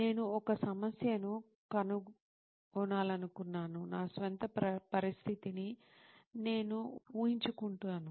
నేను ఒక సమస్యను కనుగొనాలనుకున్నాను నా స్వంత పరిస్థితిని నేను ఊహించుకుంటాను